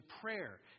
prayer